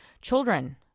Children